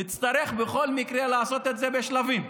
נצטרך בכל מקרה לעשות את זה בשלבים,